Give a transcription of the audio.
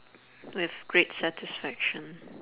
with great satisfaction